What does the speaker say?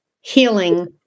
healing